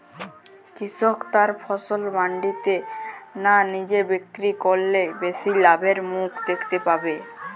কৃষক তার ফসল মান্ডিতে না নিজে বিক্রি করলে বেশি লাভের মুখ দেখতে পাবে?